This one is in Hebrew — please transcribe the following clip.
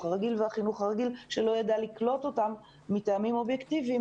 הרגיל והחינוך הרגיל שלא ידע לקלוט אותם מטעמים אובייקטיבים,